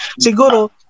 Siguro